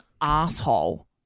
asshole